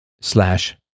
slash